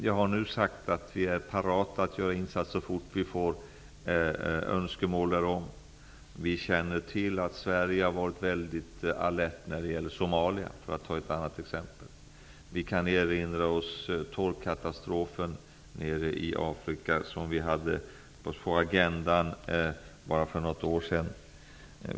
Jag har sagt att vi är parata att göra insatser så fort vi får önskemål om det. Vi känner till att Sverige har varit väldigt alert när det gäller Somalia. Vi kan erinra oss torkkatastrofen i Afrika som vi hade på agendan för bara något år sedan.